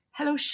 Hello